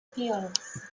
fields